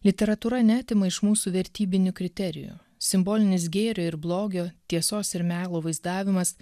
literatūra neatima iš mūsų vertybinių kriterijų simbolinis gėrio ir blogio tiesos ir melo vaizdavimas